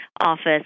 office